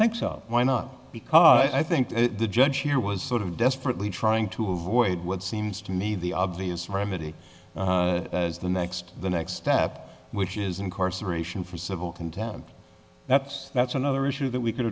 think so why not because i think the judge here was sort of desperately trying to avoid what seems to me the obvious remedy as the next the next step which is incarceration for civil contempt that's that's another issue that we c